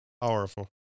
Powerful